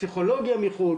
פסיכולוגיה מחו"ל,